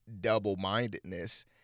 double-mindedness